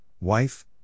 wife